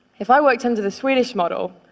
if i worked under the swedish model,